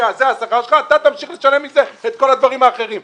זה השכר שלך ואתה תמשיך לשלם מזה את כל הדברים האחרים.